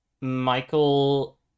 Michael